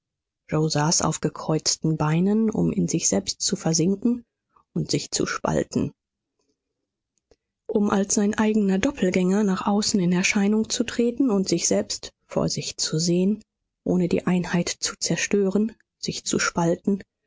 yoe saß auf gekreuzten beinen um in sich selbst zu versinken und sich zu spalten um als sein eigener doppelgänger nach außen in erscheinung zu treten und sich selbst vor sich zu sehen ohne die einheit zu zerstören sich zu spalten